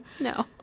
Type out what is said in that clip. No